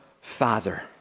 father